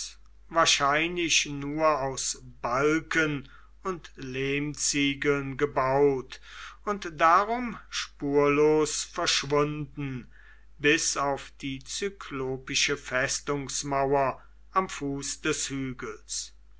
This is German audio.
wahrscheinlich nur aus balken und lehmziegeln gebaut und darum spurlos verschwunden bis auf die zyklopische festungsmauer am fuß des hügels